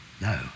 No